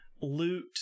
loot